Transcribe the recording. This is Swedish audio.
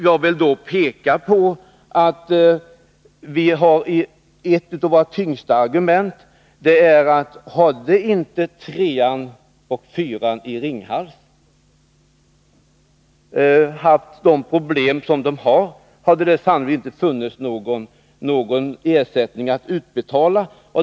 Jag vill då framhålla att ett av våra tyngsta argument är att om Ringhals 3 och 4 inte hade haft de problem som de har, skulle det sannolikt inte ha funnits någon ersättning att utbetala.